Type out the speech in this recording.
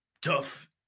tough